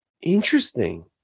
Interesting